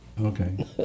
Okay